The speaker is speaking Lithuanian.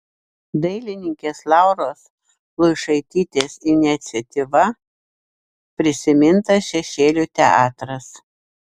dailininkės lauros luišaitytės iniciatyva prisimintas šešėlių teatras